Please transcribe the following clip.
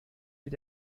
mit